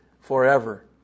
forever